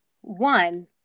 one